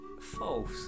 False